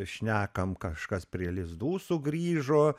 šnekam kažkas prie lizdų sugrįžo